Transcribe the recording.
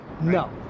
No